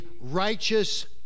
righteous